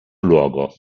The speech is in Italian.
luogo